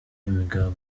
umugabo